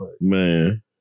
Man